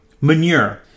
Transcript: Manure